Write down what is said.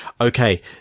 okay